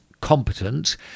competent